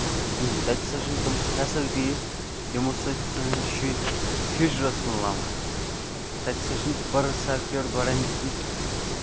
کِہینۍ نہٕ تَتہِ نہ سا چہِنہٕ تٕم فیسَلٹیٖز یِمو سۭتۍ سٲنۍ شُرۍ فیوٗچرَس کُن لَمہٕ ہَن تَتہِ نسا چھِنہٕ بٔرٕتھ سٔرٹِفکٹ گۄڈٕنیتھ